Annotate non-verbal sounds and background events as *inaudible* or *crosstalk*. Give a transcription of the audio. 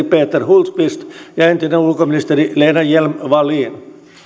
*unintelligible* peter hultqvist ja entinen ulkoministeri lena hjelm wallen